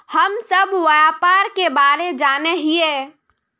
हम सब व्यापार के बारे जाने हिये?